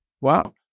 Wow